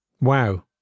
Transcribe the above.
Wow